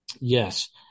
yes